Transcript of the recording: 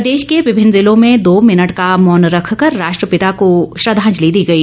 प्रदेश के विभिन्न जिलों में दो मिनट का मौन रखकर राष्ट्रपिता को श्रद्वांजलि दी गई